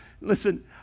Listen